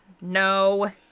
No